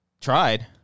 tried